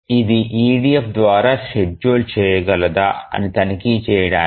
ఇది EDF ద్వారా schedule చేయగలదా అని తనిఖీ చేయడానికి